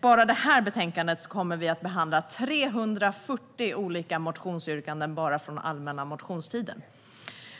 Bara i detta betänkande kommer vi att behandla 340 olika motionsyrkanden från allmänna motionstiden.